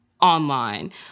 online